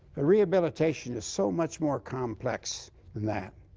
ah rehabilitation is so much more complex than that.